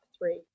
three